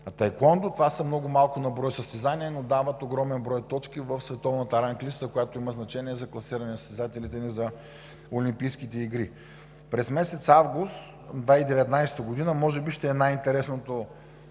таекуондо. Това са много малко на брой състезания, но дават огромен брой точки в световната ранглиста, която има значение за класиране на състезателите ни за Олимпийските игри. През месец август 2019 г. може би ще е най-интересното